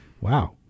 Wow